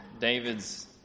David's